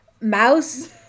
Mouse